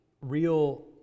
real